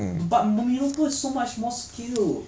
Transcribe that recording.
but my minotaur is so much more skilled